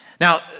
Now